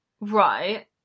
right